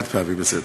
חד-פעמי, בסדר.